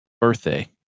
birthday